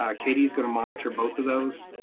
um katie is gonna monitor both of those,